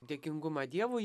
dėkingumą dievui